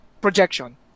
projection